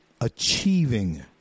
achieving